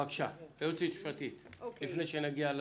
בבקשה, היועצת המשפטית, לפני שנגיע לסיכומים.